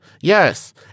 yes